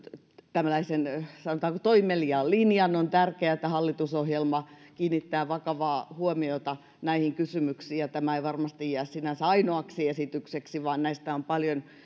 tällaisen sanotaanko toimeliaan linjan on tärkeää että hallitusohjelma kiinnittää vakavaa huomiota näihin kysymyksiin tämä ei varmasti sinänsä jää ainoaksi esitykseksi vaan näistä on nyt